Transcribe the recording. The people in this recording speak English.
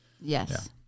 Yes